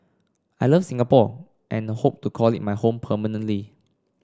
I love Singapore and hope to call it my home permanently